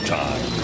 time